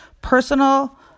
personal